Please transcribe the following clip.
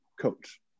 coach